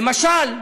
למשל,